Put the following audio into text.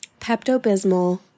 Pepto-bismol